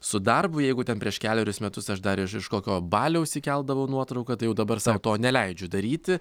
su darbu jeigu ten prieš kelerius metus aš dar ir iš kokio baliaus įkeldavau nuotrauką tai jau dabar sau to neleidžiu daryti